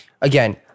Again